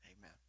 Amen